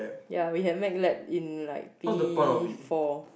yeah we have Mac lab in like B four